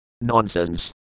Nonsense